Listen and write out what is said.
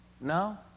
No